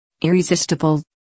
Irresistible